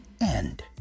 end